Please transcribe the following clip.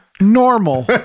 normal